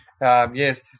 Yes